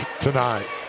tonight